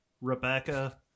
Rebecca